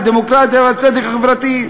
הדמוקרטיה והצדק החברתי.